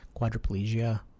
quadriplegia